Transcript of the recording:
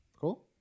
Cool